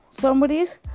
somebody's